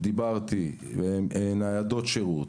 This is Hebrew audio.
ניידות שירות,